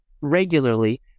regularly